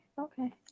Okay